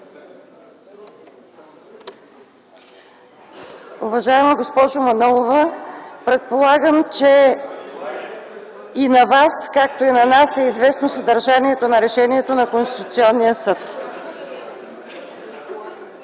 Уважаема госпожо Манолова, предполагам, че и на Вас, както и на нас е известно съдържанието на решението на Конституционния съд.